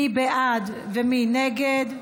מי בעד ומי נגד?